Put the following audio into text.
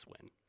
win